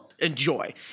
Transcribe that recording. Enjoy